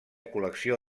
col·lecció